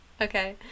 okay